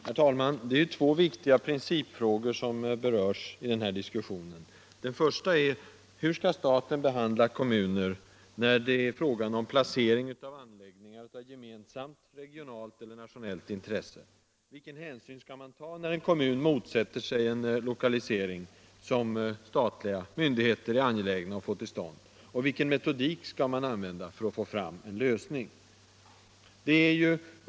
Herr talman! Det är två viktiga principfrågor som berörs i denna diskussion. Den första är: Hur skall staten behandla kommuner, när det är fråga om placering av anläggningar av gemensamt regionalt eller nationellt intresse? Vilken hänsyn skall man ta, när en kommun motsätter sig en lokalisering som statliga myndigheter är angelägna om att få till stånd? Och vilken metodik skall man använda för att åstadkomma en lösning?